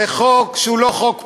זה חוק שהוא לא חוק פוליטי.